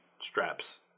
straps